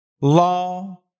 law